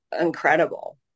incredible